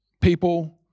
people